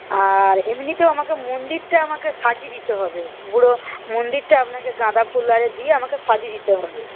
আর এমনিতেও আমাকে মন্দিরটা আমাকে সাজিয়ে দিতে হবে পুরো মন্দিরটা আপনাকে গাঁদা ফুল দিয়ে আমাকে সাজিয়ে দিতে হবে